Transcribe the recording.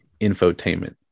infotainment